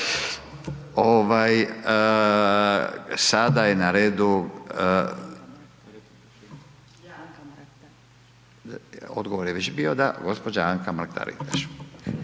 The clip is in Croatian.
sada je na redu, odgovor je već bio da, gđa. Anka Mrak-Taritaš.